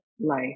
life